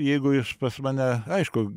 jeigu iš pas mane aišku